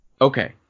Okay